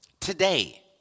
today